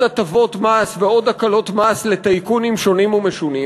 הטבות מס ועוד הקלות מס לטייקונים שונים ומשונים,